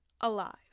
alive